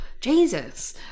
Jesus